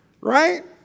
Right